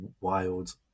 wild